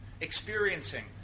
experiencing